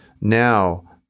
now